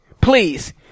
Please